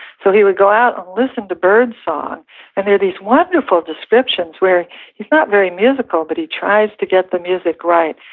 so he would go out and listen to birdsong and there are these wonderful descriptions where he's not very musical, but he tries to get the music right,